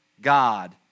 God